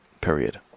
Period